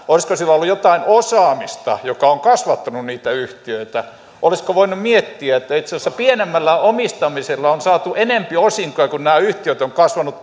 pääomia ja olisiko sillä ollut jotain osaamista joka on kasvattanut niitä yhtiöitä olisiko voinut miettiä että itse asiassa pienemmällä omistamisella on saatu enempi osinkoja kun nämä yhtiöt ovat kasvaneet